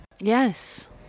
Yes